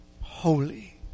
Holy